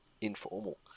informal